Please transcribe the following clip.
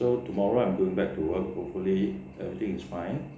so tomorrow I'm going back to work hopefully everything is fine